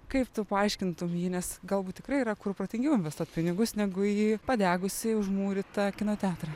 kaip tu paaiškintum jį nes galbūt tikrai yra kur protingiau investuot pinigus negu į padegusį užmūrytą kino teatrą